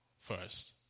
first